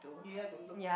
you like to look